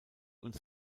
uns